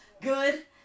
good